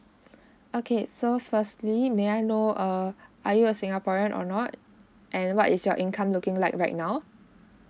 okay so firstly may I know err are you a singaporean or not and what is your income looking like right now